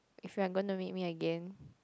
if you are going to meet me again